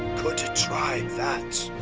could try that.